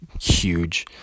huge